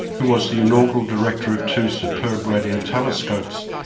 who was the inaugural director of two superb radio telescopes,